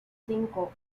cinco